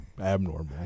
abnormal